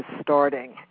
starting